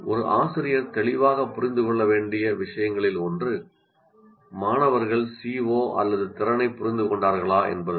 ஒரு ஆசிரியர் தெளிவாக புரிந்து கொள்ள வேண்டிய விஷயங்களில் ஒன்று மாணவர்கள் CO அல்லது திறனைப் புரிந்து கொண்டார்களா என்பதுதான்